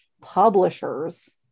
publishers